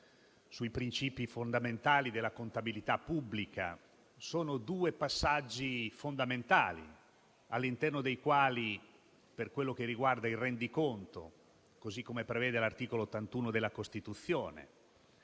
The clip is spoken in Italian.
dei principi fondamentali della contabilità pubblica. Sono due passaggi fondamentali all'interno dei quali, per quello che riguarda il rendiconto, così come prevede l'articolo 81 della Costituzione,